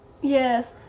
yes